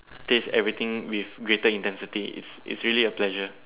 taste everything with greater intensity it's it's really a pleasure